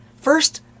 First